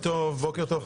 בוקר טוב,